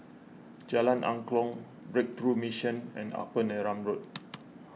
Jalan Angklong Breakthrough Mission and Upper Neram Road